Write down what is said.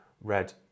red